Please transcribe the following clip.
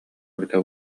эбитэ